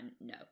no